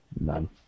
None